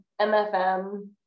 MFM